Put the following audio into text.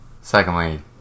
Secondly